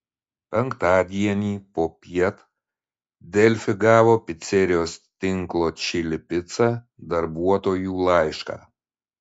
penktadienį popiet delfi gavo picerijos tinklo čili pica darbuotojų laišką